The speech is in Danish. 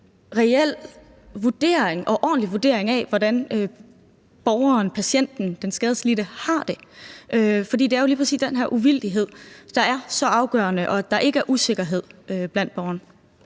reel vurdering og en ordentlig vurdering af, hvordan borgeren, patienten, den skadelidte har det, fordi det jo lige præcis er den her uvildighed, der er så afgørende, og at der ikke er usikkerhed blandt borgerne.